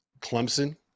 Clemson